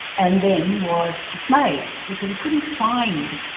and then was dismayed because he couldn't find,